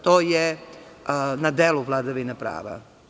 To je na delu vladavina prava.